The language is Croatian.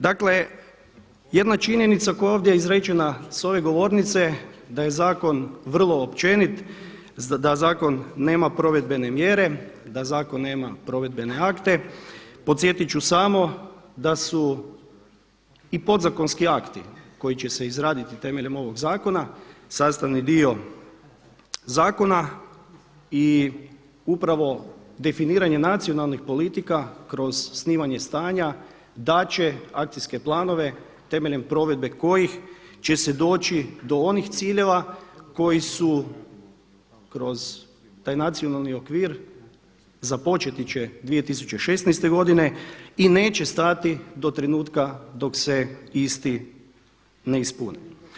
Dakle, jedna činjenica koja je ovdje izrečena sa ove govornice da je zakon vrlo općenit, da zakon nema provedbene mjere, da zakon nema provedbene akte, podsjetiti ću samo da su i podzakonski akti koji će se izraditi temeljem ovog zakona sastavni dio zakon i upravo definiranje nacionalnih politika kroz snimanje stanja dati će akcijske planove temeljem provedbe kojih će se doći do onih ciljeva koji su kroz taj nacionalni okvir, započeti će 2016. godine i neće stati do trenutka dok se isti ne ispune.